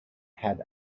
had